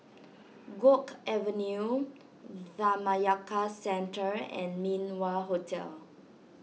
Guok Avenue Dhammayaka Centre and Min Wah Hotel